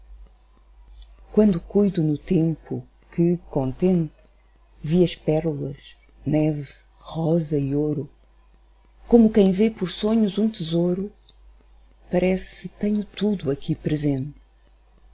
quando cuido no tempo que contente vi as pérolas neve rosa e ouro como quem vê por sonhos um tesouro parece tenho tudo aqui presente